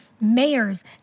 mayors